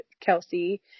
Kelsey